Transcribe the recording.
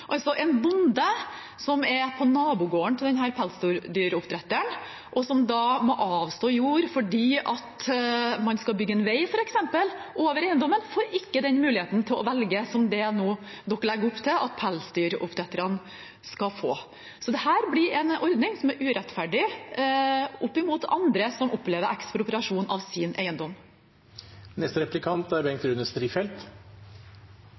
En bonde på nabogården til pelsdyroppdretteren som må avstå jord, f.eks. fordi man skal bygge en vei over eiendommen, får ikke den muligheten til å velge som dere nå legger opp til at pelsdyroppdretterne skal få. Så dette blir en ordning som er urettferdig overfor andre som opplever ekspropriasjon av sin